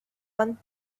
one